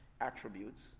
attributes